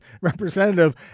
Representative